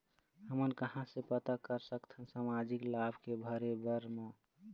हमन कहां से पता कर सकथन सामाजिक लाभ के भरे बर मा?